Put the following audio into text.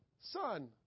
son